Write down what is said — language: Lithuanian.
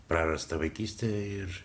prarasta vaikyste ir